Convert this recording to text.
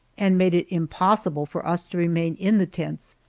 and made it impossible for us to remain in the tents,